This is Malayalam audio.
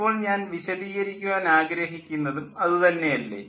ഇപ്പോൾ ഞാൻ വിശദീകരിക്കുവാൻ ആഗ്രഹിക്കുന്നതും അതു തന്നെയല്ലേ